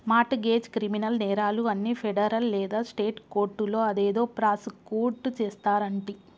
mart గెజ్, criminal నేరాలు అన్ని federal లేదా స్టేట్ కోర్టులో అదేదో ప్రాసుకుట్ చేస్తారంటి